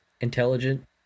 intelligent